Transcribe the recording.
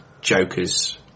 Joker's